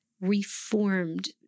reformed